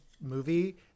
movie